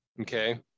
Okay